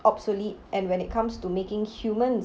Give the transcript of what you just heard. obsolete and when it comes to making humans